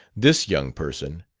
this young person,